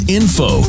info